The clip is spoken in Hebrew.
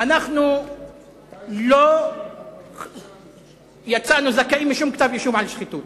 אנחנו לא יצאנו זכאים משום כתב אישום על שחיתות,